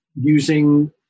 using